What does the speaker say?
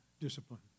discipline